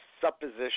supposition